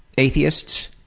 atheists,